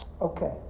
Okay